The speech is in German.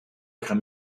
kann